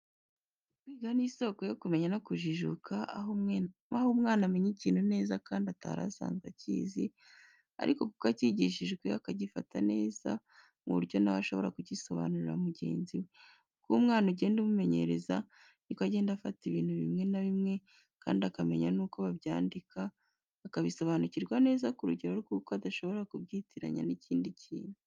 Kwiga ni isoko yo kumenya no kujijuka aho umwana amenya ikintu neza kandi atarasanzwe akizi ariko kuko acyigishijwe akagifata neza ku buryo na we ashobora kugisobanurira mugenzi we. Uko umwana ugenda umumenyereza ni ko agenda afata ibintu bimwe na bimwe kandi akamenya nuko babyandika akabisobanukirwa neza ku rugero rw'uko adashobora kubyitiranya n'ikindi kintu.